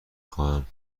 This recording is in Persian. خواهم